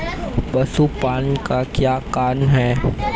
पशुपालन का क्या कारण है?